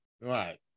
right